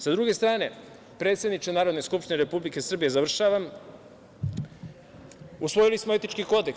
S druge strane, predsedniče Narodne skupštine Republike Srbije, završavam, usvojili smo etički kodeks.